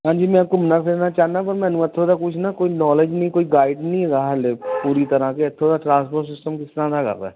ਹਾਂਜੀ ਮੈਂ ਘੁੰਮਣਾ ਫਿਰਨਾ ਚਾਹੁੰਦਾ ਪਰ ਮੈਨੂੰ ਇੱਥੋਂ ਦਾ ਕੁਝ ਨਾ ਕੁਝ ਨੌਲੇਜ ਨਹੀਂ ਕੋਈ ਗਾਈਡ ਨਹੀਂ ਹੈਗਾ ਹਾਲੇ ਪੂਰੀ ਤਰ੍ਹਾਂ ਕਿ ਇੱਥੋਂ ਦਾ ਟਰਾਂਸਪੋਰਟ ਸਿਸਟਮ ਕਿਸ ਤਰ੍ਹਾਂ ਦਾ ਹੈਗਾ ਵਾ